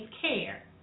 care